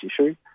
issue